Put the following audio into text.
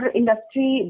industry